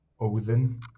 Odin